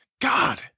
God